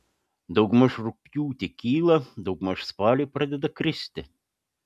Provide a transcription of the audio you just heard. daugmaž rugpjūtį kyla daugmaž spalį pradeda kristi